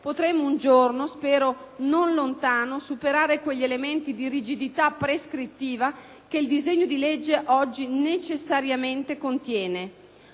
potremo un giorno, spero non lontano, superare quegli elementi di rigidità prescrittiva che il disegno di legge oggi necessariamente contiene.